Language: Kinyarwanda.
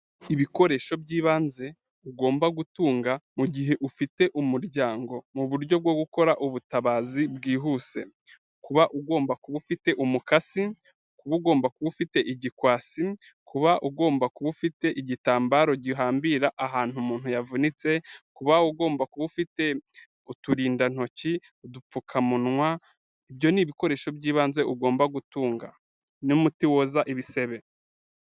Ibikoresho byibanze ugomba gutunga mugihe ufite umuryango muburyo bwo gukora ubutabazi bwihuse kuba ugomba kuba ufite umukasi, kuba ugomba kuba ufite igikwasi, kuba ugomba kuba ufite igitambaro gihambira ahantu umuntu yavunitse, kuba ugomba kuba ufite uturindantoki, udupfukamunwa, ibyo ni ibikoresho byibanze ugomba gutunga n'umuti woza ibisebe.